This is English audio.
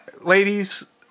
ladies